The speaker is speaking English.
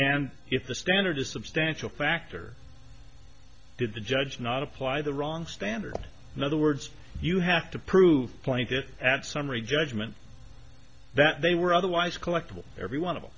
and if the standard is substantial factor did the judge not apply the wrong standard in other words you have to prove pointed at summary judgment that they were otherwise collectable everyone